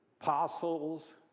apostles